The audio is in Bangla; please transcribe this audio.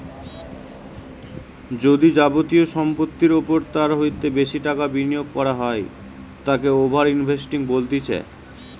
যদি যাবতীয় সম্পত্তির ওপর তার হইতে বেশি টাকা বিনিয়োগ করা হয় তাকে ওভার ইনভেস্টিং বলতিছে